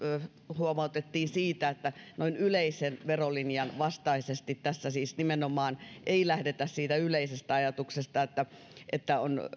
huomautettiin siitä että yleisen verolinjan vastaisesti tässä siis nimenomaan ei lähdetä siitä yleisestä ajatuksesta että että on